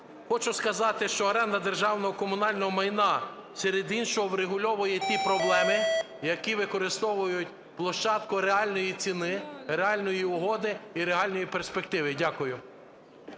Хочу сказати, що оренда державного та комунального майна серед іншого врегульовує і ті проблеми, які використовують площадку реальної ціни, реальної угоди і реальної перспективи. Дякую.